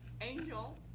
angel